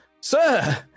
sir